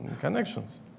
connections